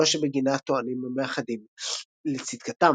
הסיבה שבגינה טוענים המאחדים לצדקתם.